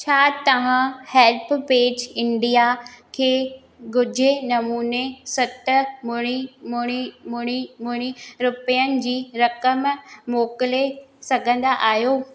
छा तव्हां HelpAge India खे गुझे नमूने सत ॿुड़ी ॿुड़ी ॿुड़ी ॿुड़ी रुपियनि जी रक़म मोकिले सघंदा आहियो